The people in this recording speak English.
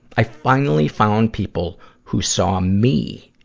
i finally found people who saw me,